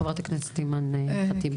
חברת הכנסת אימאן ח'טיב יאסין.